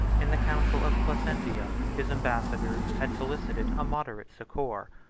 in the council of placentia, his ambassadors had solicited a moderate succor,